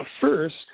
first